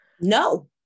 no